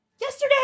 YESTERDAY